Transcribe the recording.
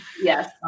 Yes